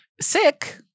sick